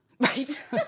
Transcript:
Right